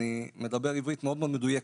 אני מדבר עברית מאוד מאוד מדויקת,